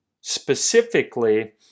specifically